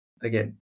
Again